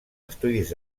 estudis